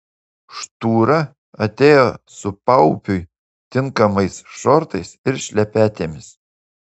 štūra atėjo su paupiui tinkamais šortais ir šlepetėmis